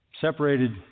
separated